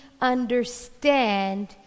understand